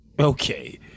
okay